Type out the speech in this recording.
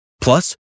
Plus